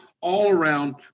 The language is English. all-around